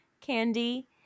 candy